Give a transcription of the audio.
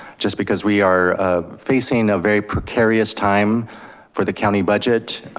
just because we are ah facing a very precarious time for the county budget.